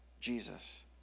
Jesus